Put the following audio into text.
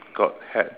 got hat